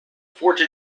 forge